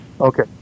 Okay